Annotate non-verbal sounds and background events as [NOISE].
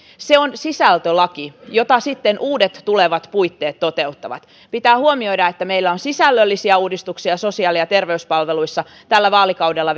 se on sisältölaki jota sitten uudet tulevat puitteet toteuttavat pitää huomioida että meillä on edessä vielä monia sisällöllisiä uudistuksia sosiaali ja terveyspalveluissa tällä vaalikaudella [UNINTELLIGIBLE]